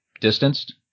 distanced